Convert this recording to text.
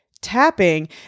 tapping